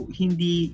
hindi